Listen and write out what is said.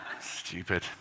Stupid